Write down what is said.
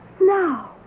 Now